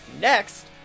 next